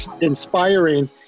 inspiring